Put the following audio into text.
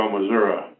Missouri